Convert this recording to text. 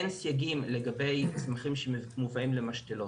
אין סייגים לגבי צמחים שמובאים למשתלות,